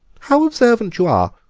how observant you are,